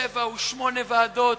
שבע ושמונה ועדות,